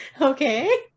Okay